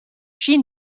she